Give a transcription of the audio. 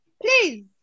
please